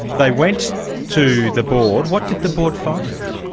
they went to the board, what did the board find?